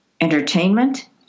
entertainment